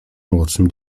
młodszym